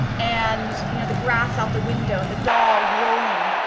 and you know the grass out the window, and the dog rolling,